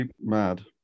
mad